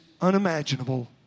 unimaginable